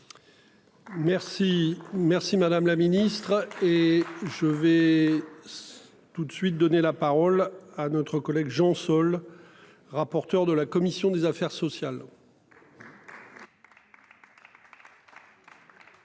merci madame la ministre et je vais. Tout de suite donner la parole à notre collègue Jean-Sol, rapporteur de la commission des affaires sociales.